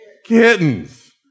Kittens